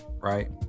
Right